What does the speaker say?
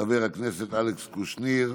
חבר הכנסת אלכס קושניר,